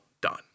done